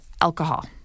alcohol